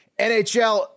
NHL